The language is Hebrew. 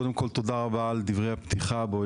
קודם כל תודה רבה על דברי הפתיחה בהם